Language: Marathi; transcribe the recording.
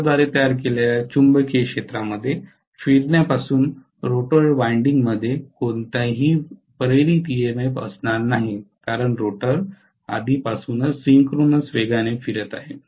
स्टेटरद्वारे तयार केलेल्या चुंबकीय क्षेत्रामध्ये फिरण्यापासून रोटर वायंडिंगमध्ये कोणतीही इंड्यूज्ड ईएमएफ असणार नाही कारण रोटर आधीपासूनच सिंक्रोनस वेगाने फिरत आहे